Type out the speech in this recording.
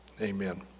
Amen